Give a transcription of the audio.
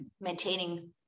maintaining